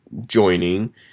joining